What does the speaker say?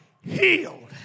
healed